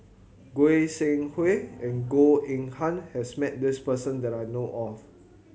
Goi Seng Hui and Goh Eng Han has met this person that I know of